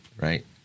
Right